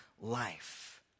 life